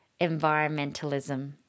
environmentalism